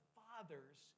fathers